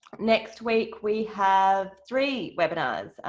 next week, we have three webinars.